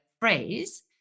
phrase